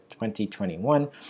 2021